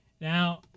Now